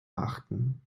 beachten